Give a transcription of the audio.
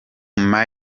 miley